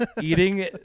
Eating